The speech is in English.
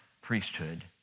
priesthood